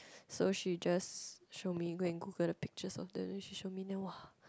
so she just show me go and Google the pictures of them then she show me then !wah!